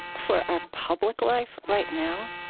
for our public life right now,